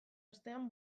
ostean